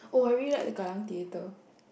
oh I really liked the Kallang theatre